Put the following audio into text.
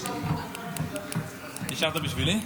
רק בזהירות --- נשארת בשבילי?